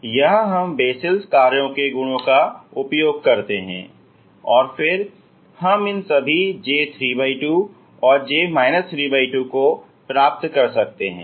इसलिए यह हम बेससेल कार्यों के गुणों का उपयोग करते हैं और फिर हम इन सभी J32 J 32 को प्राप्त कर सकते हैं